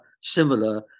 similar